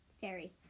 Fairy